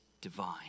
divine